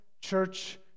church